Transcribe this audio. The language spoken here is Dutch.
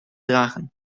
dragen